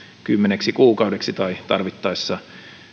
kymmeneksi kuukaudeksi tai tarvittaessa